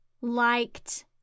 liked